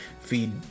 feed